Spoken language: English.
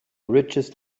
richest